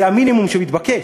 זה המינימום שמתבקש.